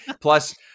Plus